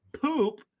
poop